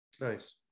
Nice